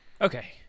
Okay